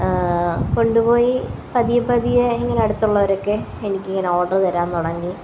കൊണ്ട് പോയി പതിയെപ്പതിയെ ഇങ്ങനെ അടുത്തുള്ളവരൊക്കെ എനിക്കിങ്ങനെ ഓഡറ് തരാൻ തുടങ്ങി